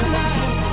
life